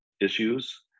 issues